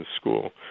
school